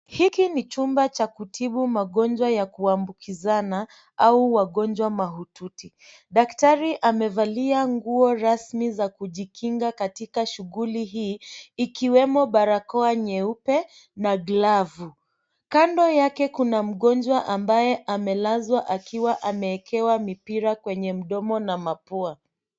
Hiki ni chumba cha kutibu magonjwa ya kuambukizana au wagonjwa mahututi. Daktari amevalia nguo rasmi za kujikinga katika shughuli hii ikiwemo barakoa nyeupe na glavu. Kando yake kuna mgonjwa ambaye amelazwa akiwa amewekewa mipira kwenye mdomo na mapua.